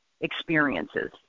experiences